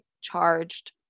charged